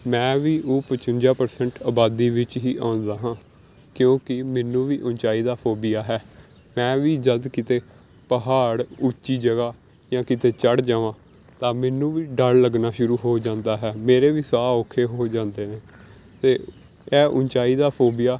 ਮੈਂ ਵੀ ਉਹ ਪਜਵੰਜਾ ਪਰਸੈਂਟ ਆਬਾਦੀ ਵਿੱਚ ਹੀ ਆਉਂਦਾ ਹਾਂ ਕਿਉਂਕਿ ਮੈਨੂੰ ਵੀ ਉੱਚਾਈ ਦਾ ਫੋਬੀਆ ਹੈ ਮੈਂ ਵੀ ਜਦ ਕਿਤੇ ਪਹਾੜ ਉੱਚੀ ਜਗ੍ਹਾ ਜਾਂ ਕਿਤੇ ਚੜ੍ਹ ਜਾਵਾਂ ਤਾਂ ਮੈਨੂੰ ਵੀ ਡਰ ਲੱਗਣਾ ਸ਼ੁਰੂ ਹੋ ਜਾਂਦਾ ਹੈ ਮੇਰੇ ਵੀ ਸਾਹ ਔਖੇ ਹੋ ਜਾਂਦੇ ਨੇ ਅਤੇ ਇਹ ਉੱਚਾਈ ਦਾ ਫੋਬੀਆ